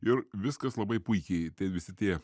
ir viskas labai puikiai tai visi tie